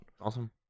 Awesome